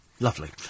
Lovely